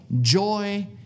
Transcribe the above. joy